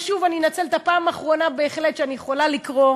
ושוב אני אנצל את הפעם האחרונה בהחלט שאני יכולה לקרוא